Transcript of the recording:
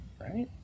right